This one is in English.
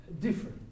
different